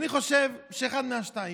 אני חושב שאחד מהשתיים: